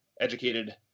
educated